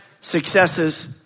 successes